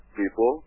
people